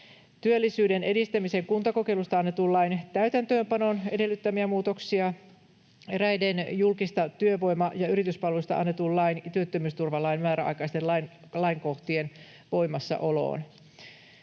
työllisyyden edistämisen kuntakokeilusta annetun lain täytäntöönpanon edellyttämiä muutoksia eräiden julkisen työvoima‑ ja yrityspalvelusta annetun lain ja työttömyysturvalain määräaikaisten lainkohtien voimassaoloon: